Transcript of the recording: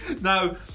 Now